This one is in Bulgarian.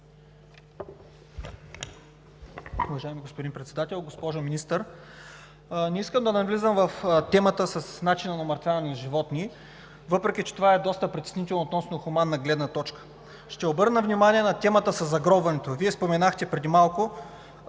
Уважаеми господин Председател! Госпожо Министър, не искам да навлизам в темата за начина на умъртвяване на животни, въпреки че това е доста притеснително относно хуманната гледна точка. Ще обърна внимание на темата със загробването. Вие споменахте преди малко